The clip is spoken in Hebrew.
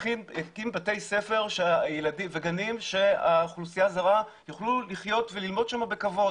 בתי ספר וגנים שהאוכלוסייה הזרה יוכלו לחיות וללמוד שם בכבוד.